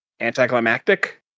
anticlimactic